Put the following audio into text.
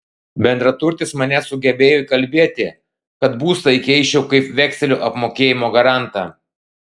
bendraturtis mane sugebėjo įkalbėti kad būstą įkeisčiau kaip vekselių apmokėjimo garantą